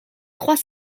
trois